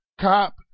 cop